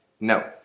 No